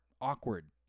awkward